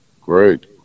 Great